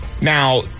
Now